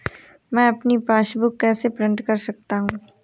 मैं अपनी पासबुक कैसे प्रिंट कर सकता हूँ?